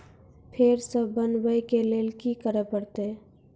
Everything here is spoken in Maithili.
फेर सॅ बनबै के लेल की करे परतै?